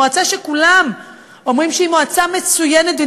מועצה שכולם אומרים שהיא מועצה מצוינת והיא